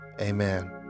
amen